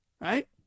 Right